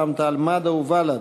רע"ם-תע"ל-מד"ע ובל"ד: